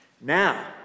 Now